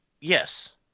Yes